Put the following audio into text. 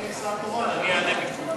אני השר התורן, אני אענה במקומו.